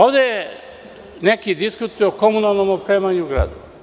Ovde su neki diskutovali o komunalnom opremanju grada.